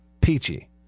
Peachy